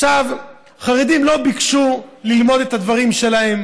חרדים לא ביקשו ללמוד את הדברים שלהם,